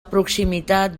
proximitat